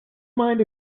mind